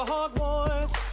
Hogwarts